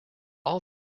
all